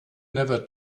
never